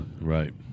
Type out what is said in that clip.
Right